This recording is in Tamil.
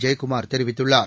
ஜெயக்குமாா் தெரிவித்துள்ளார்